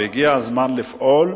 והגיע הזמן לפעול,